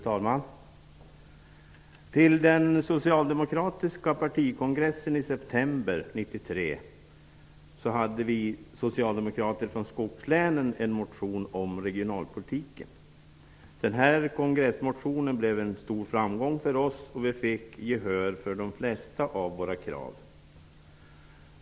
Fru talman! Till den socialdemokratiska partikongressen i september 1993 hade vi socialdemokrater från skogslänen väckt en motion om regionalpolitiken. Kongressmotionen blev en stor framgång, och vi fick gehör för de flesta av våra krav.